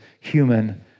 human